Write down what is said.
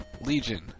Legion